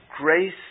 grace